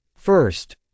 First